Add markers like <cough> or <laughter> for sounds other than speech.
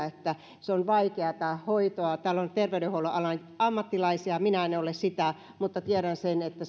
<unintelligible> että se on vaikeata hoitoa täällä on terveydenhuollon alan ammattilaisia minä en ole sellainen mutta tiedän sen että <unintelligible>